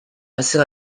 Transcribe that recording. assez